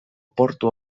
portu